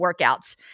workouts